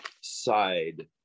side